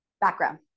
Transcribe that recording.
Background